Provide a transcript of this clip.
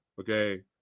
okay